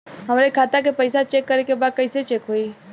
हमरे खाता के पैसा चेक करें बा कैसे चेक होई?